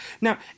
now